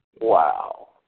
Wow